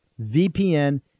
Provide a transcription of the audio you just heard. VPN